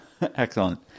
Excellent